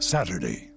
Saturday